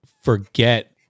forget